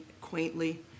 quaintly